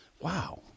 Wow